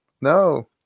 No